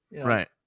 right